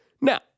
Now